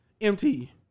MT